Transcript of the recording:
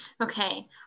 okay